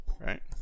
right